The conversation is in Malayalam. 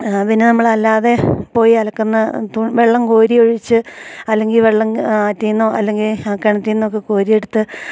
പിന്നെ നമ്മളല്ലാതെ പോയി അലക്കുന്ന വെള്ളം കോരി ഒഴിച്ച് അല്ലെങ്കിൽ വെള്ളം ആറ്റിൽ നിന്നോ അല്ലെങ്കിൽ കിണറ്റിൽ നിന്നൊക്കെ കോരിയെടുത്ത്